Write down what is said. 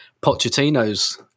Pochettino's